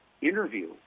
interview